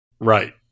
Right